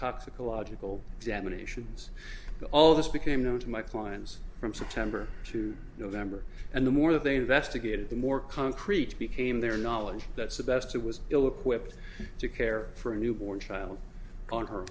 toxicological examinations all this became known to my clients from september to november and the more they investigated the more concrete became their knowledge that's the best it was ill equipped to care for a newborn child on her